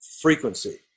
frequency